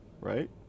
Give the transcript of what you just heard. right